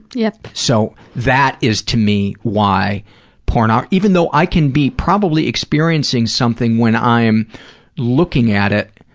yep. so, that is, to me, why porno, even though i can be probably experiencing something when i am looking at it,